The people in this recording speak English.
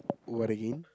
what again